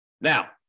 Now